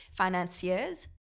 financiers